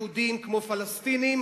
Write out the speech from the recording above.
יהודים כמו פלסטינים,